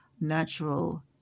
natural